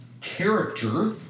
character